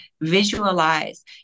visualize